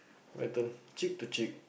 my turn cheek to cheek